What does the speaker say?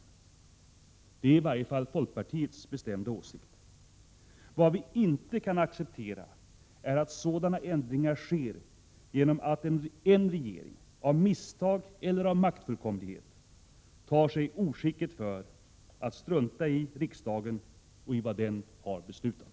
Detta är i varje fall folkpartiets bestämda åsikt. Vad vi inte kan acceptera är att sådana ändringar sker genom att en regering — av misstag eller av maktfullkomlighet — tar sig oskicket för att strunta i riksdagen och i vad den har beslutat.